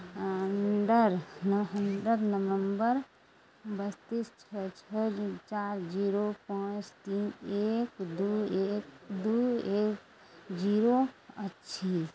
number नव number बत्तीस छओ छओ चारि जीरो पाँच तीन एक दू एक दू एक जीरो अछि